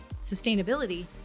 sustainability